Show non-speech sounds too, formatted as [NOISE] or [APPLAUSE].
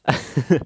[NOISE]